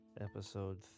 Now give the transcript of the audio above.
episode